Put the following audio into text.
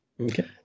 Okay